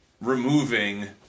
removing